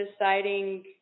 deciding